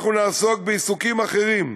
אנחנו נעסוק בעיסוקים אחרים.